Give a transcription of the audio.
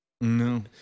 No